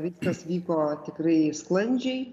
viskas vyko tikrai sklandžiai